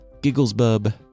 GigglesBub